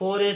4आहे